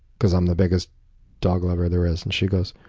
because i'm the biggest dog-lover there is. and she goes,